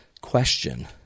question